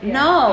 no